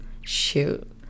shoot